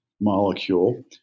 molecule